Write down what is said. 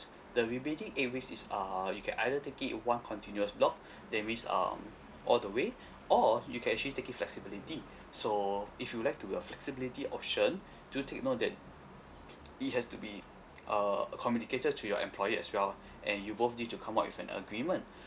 the remaining eight weeks is uh you can either take it in one continuous block that means um all the way or you can actually take in flexibility so if you would like to uh flexibility option do take note that it has to be err uh communicated to your employer as well and you both need to come up with an agreement